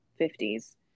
50s